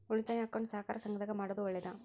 ಉಳಿತಾಯ ಅಕೌಂಟ್ ಸಹಕಾರ ಸಂಘದಾಗ ಮಾಡೋದು ಒಳ್ಳೇದಾ?